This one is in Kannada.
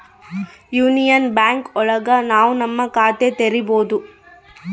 ಯೂನಿಯನ್ ಬ್ಯಾಂಕ್ ಒಳಗ ನಾವ್ ನಮ್ ಖಾತೆ ತೆರಿಬೋದು